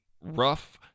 rough